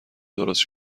درست